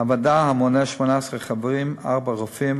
הוועדה מונה 18 חברים: ארבעה רופאים,